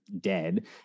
dead